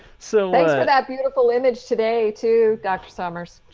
so thanks for that beautiful image today, too. dr. summers.